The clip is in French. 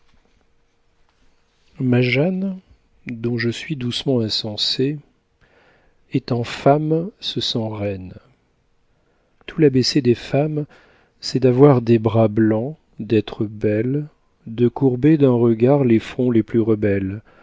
ma jeanne dont je suis doucement insensé étant femme se sent reine tout l'a b c des femmes c'est d'avoir des bras blancs d'être belles de courber d'un regard les fronts les plus rebelles